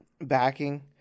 Backing